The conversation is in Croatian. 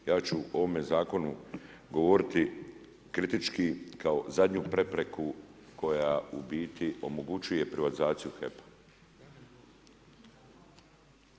Ja ću o ovome zakonu govoriti kritički kao zadnju prepreku koja u biti omogućuje privatizaciju HEP-a.